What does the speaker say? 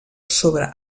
sobre